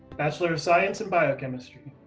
bachelor of science in biochemistry.